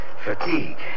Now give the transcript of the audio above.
Fatigue